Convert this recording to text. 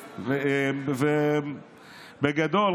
בגדול,